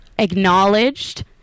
acknowledged